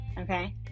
okay